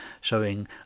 showing